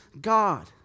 God